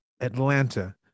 Atlanta